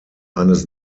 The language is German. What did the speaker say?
eines